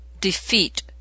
defeat